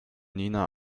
nina